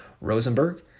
Rosenberg